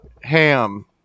ham